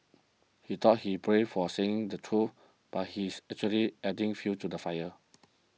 he thought he's brave for saying the truth but he's actually adding fuel to the fire